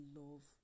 love